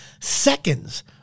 seconds